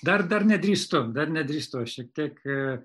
dar dar nedrįstu dar nedrįstu šiek tiek